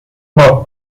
uma